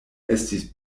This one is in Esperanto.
estis